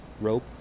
rope